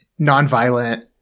nonviolent